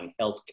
healthcare